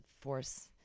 force